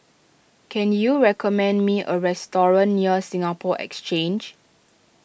can you recommend me a restaurant near Singapore Exchange